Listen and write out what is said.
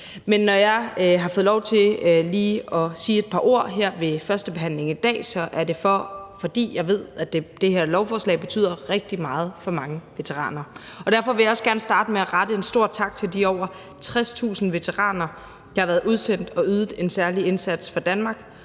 Men når jeg har fået lov til lige at sige et par ord her til første behandling i dag, er det, fordi jeg ved, at det her lovforslag betyder rigtig meget for mange veteraner. Derfor vil jeg også gerne starte med at rette en stor tak til de over 60.000 veteraner, der har været udsendt og ydet en særlig indsats for Danmark